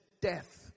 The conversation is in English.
death